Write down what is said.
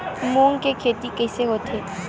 मूंग के खेती कइसे होथे?